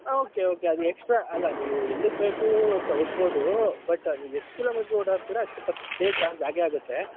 okay okay ಅದು extra ಅಲ್ಲ ನೀವು ಎಲ್ಲುಗೆ ಬೇಕೋ ತಗೊಂಬೋದು ಬಟ್ ನೀವು ಎಷ್ಟು ಕಿಲೋಮೀಟರ್ ಓಡಾಡ್ತೀರ ಅಷ್ಟು ಪರ್ ಪೇ ಚಾರ್ಜ್ ಆಗೇ ಆಗುತ್ತೆ